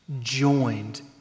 joined